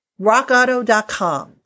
rockauto.com